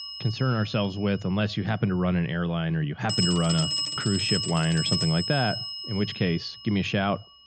concern ourselves with, unless you happen to run an airline or you happen to run a cruise ship line or something like that, in which case, give me a shout.